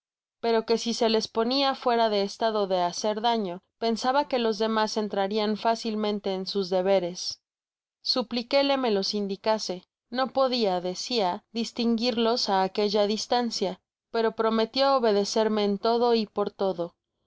pero que si se les poaia fuera de estado de hacer daño pensaban que los demas entrarian fácilmente en sus deberes supliqué e me los indicase no podia decia distinguirlos á aquella distancia pero prometio obedecerme en todo y por todo